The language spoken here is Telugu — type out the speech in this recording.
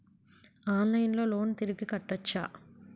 ఆన్లైన్లో లోన్ తిరిగి కట్టోచ్చా?